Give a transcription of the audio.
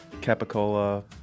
capicola